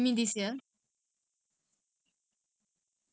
this year no by the time I graduate